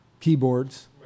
keyboards